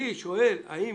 אני שואל האם